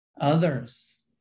others